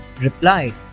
replied